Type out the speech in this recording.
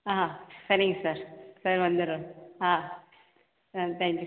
ஆ சரிங்க சார் சரி வந்துடுறோம் ஆ ஆ தேங்க்யூ